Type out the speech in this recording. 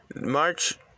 March